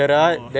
orh